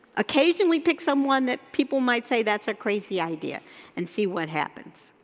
occasionally pick someone that people might say that's a crazy idea and see what happens.